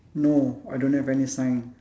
no I don't have any sign